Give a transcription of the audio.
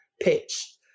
pitch